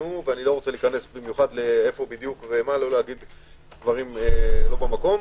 לא רוצה להיכנס לאיפה בדיוק הם ההוט ספוט שלנו,